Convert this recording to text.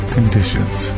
Conditions